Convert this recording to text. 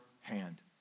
hand